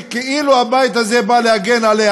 שכאילו הבית הזה בא להגן עליה,